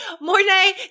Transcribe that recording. Mornay